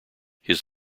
his